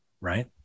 right